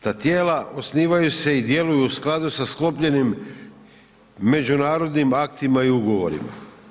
Ta tijela osnivaju se i djeluju u skladu sa sklopljenim međunarodnim aktima i ugovorima.